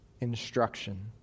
instruction